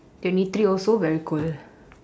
twenty three also very cold